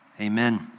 Amen